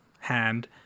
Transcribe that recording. Hand